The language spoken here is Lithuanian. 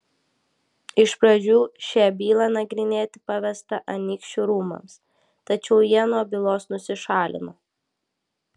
iš pradžių šią bylą nagrinėti pavesta anykščių rūmams tačiau jie nuo bylos nusišalino